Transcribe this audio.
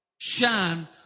shine